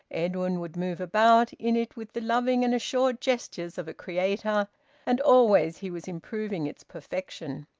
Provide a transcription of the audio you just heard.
edwin would move about in it with the loving and assured gestures of a creator and always he was improving its perfection.